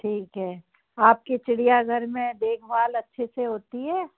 ठीक है आपके चिड़ियाघर में देखभाल अच्छे से होती है